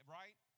right